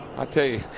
i tell you,